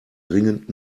dringend